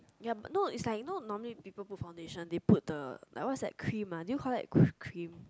yup no is like no normally people put foundation they put the like was like the cream ah do you call that cre~ cream